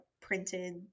printed